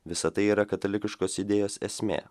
visa tai yra katalikiškos idėjos esmė